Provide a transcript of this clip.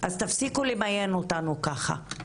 תפסיקו למיין אותנו ככה.